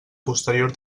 posterior